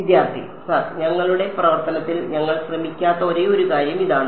വിദ്യാർത്ഥി സർ ഞങ്ങളുടെ പ്രവർത്തനത്തിൽ ഞങ്ങൾ ശ്രമിക്കാത്ത ഒരേയൊരു കാര്യം ഇതാണ്